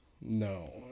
No